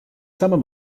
summer